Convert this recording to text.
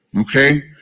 Okay